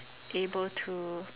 able to